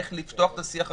איך לפתוח את השיח הראשוני.